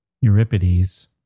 Euripides